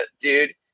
dude